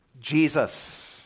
Jesus